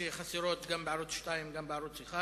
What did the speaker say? שחסרות גם בערוץ-2 וגם בערוץ-1,